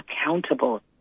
accountable